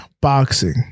Boxing